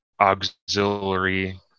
auxiliary